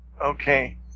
Okay